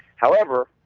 however,